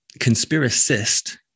conspiracist